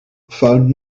found